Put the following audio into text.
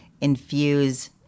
infuse